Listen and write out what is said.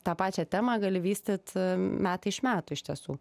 tą pačią temą gali vystyt metai iš metų iš tiesų